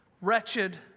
wretched